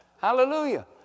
Hallelujah